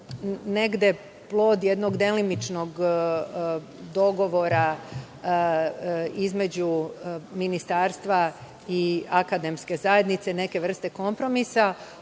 negde plod jednog delimičnog dogovora između ministarstva i akademske zajednice, neka vrsta kompromisa,